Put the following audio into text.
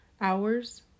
hours